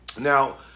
Now